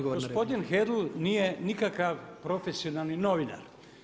Gospodin Hedl nije nikakav profesionalni novinar.